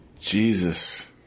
Jesus